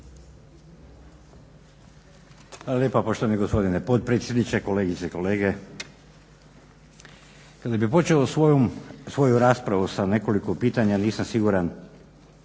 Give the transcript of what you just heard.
lijepa poštovani gospodine potpredsjedniče, kolegice i kolege. Kada bih počeo svoju raspravu sa nekoliko pitanja nisam siguran